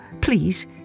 please